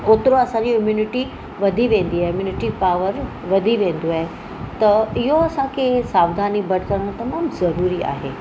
ओतिरो असांजी इम्यूनिटी वधी वेंदी आहे इम्यूनिटी पावर वधी वेंदो आहे त इयहो असांखे सावधानी बरतनि तमामु ज़रूरी आहे